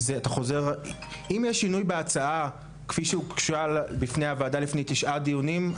אם יש שינוי בהצעה כפי שהוגשה בפני הוועדה לפני תשעה דיונים,